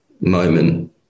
moment